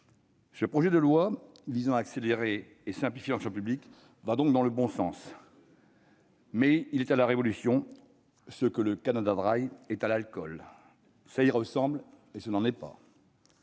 Ce projet de loi visant à accélérer et à simplifier l'action publique va donc dans le bon sens, mais il est à la révolution ce que le Canada Dry est à l'alcool : ça y ressemble, mais ce n'en est pas